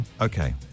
Okay